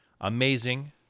amazing